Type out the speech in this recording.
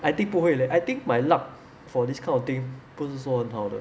I think 不会 leh I think my luck for this kind of thing 不是说很好的